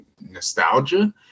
nostalgia